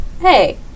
hey